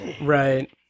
right